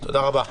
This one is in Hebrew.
תודה רבה.